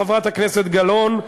חברת הכנסת גלאון,